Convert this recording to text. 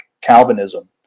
Calvinism